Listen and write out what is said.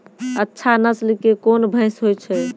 अच्छा नस्ल के कोन भैंस होय छै?